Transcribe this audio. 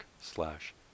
slash